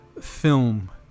film